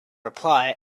reply